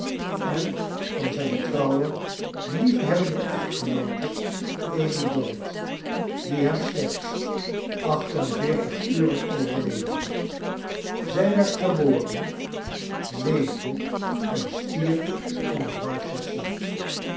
en van zn trouwe liefhebbende echtgenoote amy dorrit die hem slechts acht en veerfcig uren overleefde zij werd geboren leefde en stierf in de